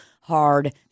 hard